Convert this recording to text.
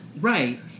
Right